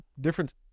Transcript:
different